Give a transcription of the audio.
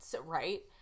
right